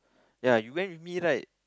ya you went with me right